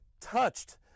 touched